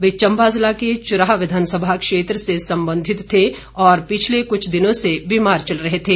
वे चंबा जिला के चुराह विधानसभा क्षेत्र से संबंधित थे और पिछले कुछ दिनों से बीमार चल रहे थे